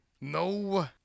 no